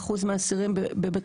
מלדג' מנהל תחום מיעוטים,